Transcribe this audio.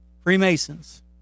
Freemasons